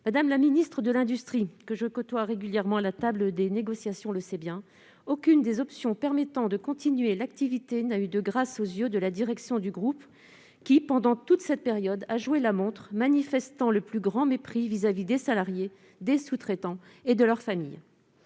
Mme la ministre chargée de l'industrie, que je côtoie régulièrement à la table des négociations, le sait bien : aucune des options permettant de continuer l'activité n'a trouvé grâce aux yeux de la direction du groupe, qui, pendant toute cette période, a joué la montre, manifestant le plus grand mépris à l'égard des salariés, des sous-traitants et de leur famille.